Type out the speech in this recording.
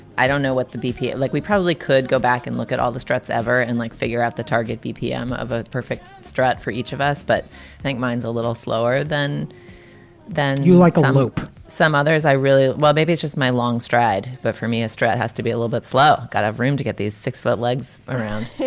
i don't know what the bp like. we probably could go back and look at all the stress ever and like figure out the target dpm of a perfect strat for each of us. but i think mine's a little slower than than you like. some others. i really. well, maybe it's just my long stride, but for me, a strat has to be a little bit slow. got room to get these six foot legs around.